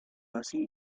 así